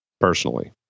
Personally